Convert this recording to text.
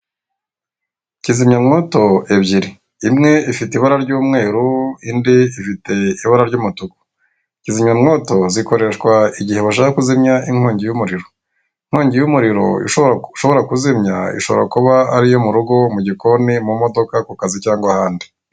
Kizimya mwoto ebyiri imwe ifite ibara ry'umweru indi ifite ibara ry'umutuku kizimya mwoto zikoresha igihe bashaka kuzimya inkongi y'umuriro; Inkongi y'umuriro ushobora kuzimya ishobora kuba ari iyo murugo, mu gikoni, mu imodoka, ku akazi cyangwa ahandi.